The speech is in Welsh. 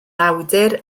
awdur